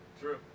True